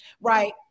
right